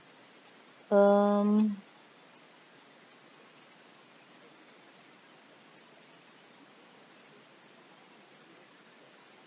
um